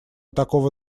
такого